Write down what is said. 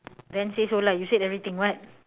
then say so lah you said everything what